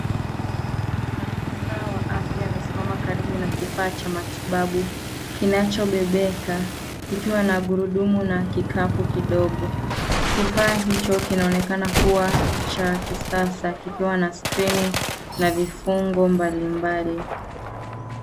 Afisa wa afya amesimama karibu na kifaa cha matibabu kinachobebeka, kikiwa na gurudumu na kikapu kidogo. Kifaa hicho kinaonekana kuwa cha kisasa kikiwa na skrini na vifugo mbalimbali.